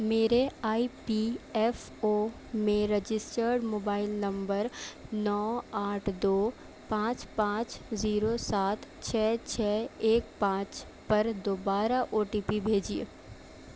میرے I P F O میں registered mobile number نو آٹھ دو پانچ پانچ زیرو سات چھ چھ ایک پانچ پر دوبارہ او ٹی پی بھیجیے